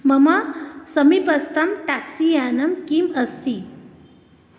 मम समीपस्थं टेक्सी यानं किम् अस्ति